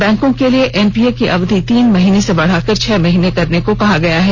बैंकों के लिए एनपीए की अवधि तीन महीने से बढ़ाकर छह महीने करने को कहा गया है